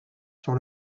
sur